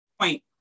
point